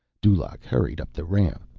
dulaq hurried up the ramp.